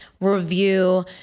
review